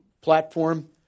platform